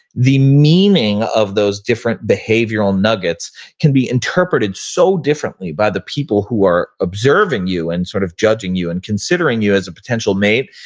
the meaning of those different behavioral nuggets can be interpreted so differently by the people who are observing you and sort of judging you and considering you as a potential mate.